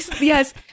yes